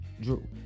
Drew